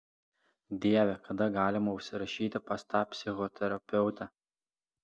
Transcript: dieve kada galima užsirašyti pas tą psichoterapeutę